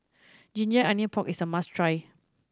ginger onions pork is a must try